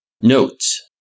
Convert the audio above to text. Notes